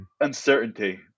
uncertainty